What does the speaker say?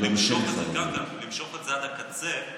למשוך את זה עד הקצה,